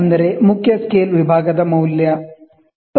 D main scale division ದ ಮೌಲ್ಯ 24 V